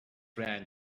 ran